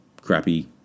crappy